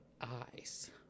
eyes